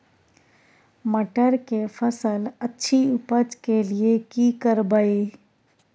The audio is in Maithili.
मटर के फसल अछि उपज के लिये की करबै?